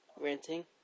Renting